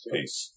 Peace